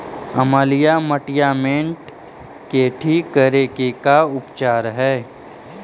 अमलिय मटियामेट के ठिक करे के का उपचार है?